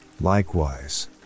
Likewise